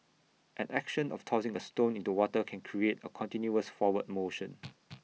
an action of tossing A stone into water can create A continuous forward motion